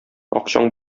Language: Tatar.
акчаң